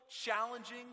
challenging